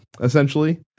essentially